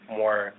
more